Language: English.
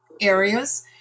areas